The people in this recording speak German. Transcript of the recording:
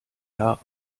jahre